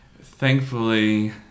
Thankfully